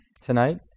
tonight